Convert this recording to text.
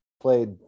played